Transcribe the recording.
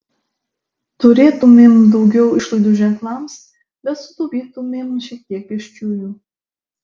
turėtumėm daugiau išlaidų ženklams bet sutaupytumėm šiek tiek pėsčiųjų